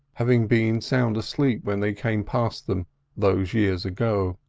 having been sound asleep when they came past them those years ago.